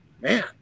man